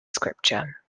scripture